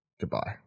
Goodbye